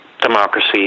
democracy